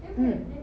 mm